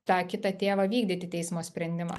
tą kitą tėvą vykdyti teismo sprendimą